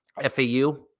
FAU